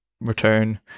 return